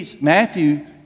Matthew